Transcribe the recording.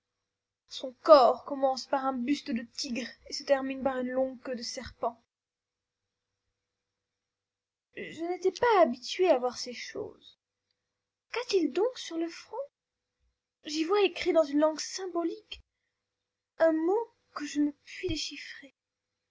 son corps commence par un buste de tigre et se termine par une longue queue de serpent je n'étais pas habitué à voir ces choses qu'a-t-il donc sur le front j'y vois écrit dans une langue symbolique un mot que je ne puis déchiffrer